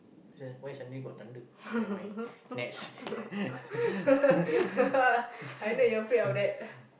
why suddenly got thunder never mind next